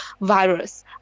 virus